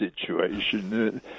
situation